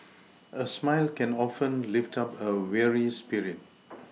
a smile can often lift up a weary spirit